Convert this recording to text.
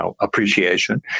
appreciation